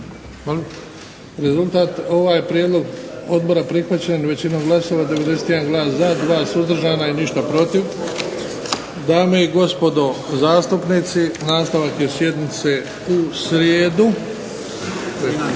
Rezultat? Ovaj prijedlog odbora je prihvaćen većinom glasova, 91 glas za, 2 suzdržana i ništa protiv. Dame i gospodo zastupnici nastavak je sjednice u srijedu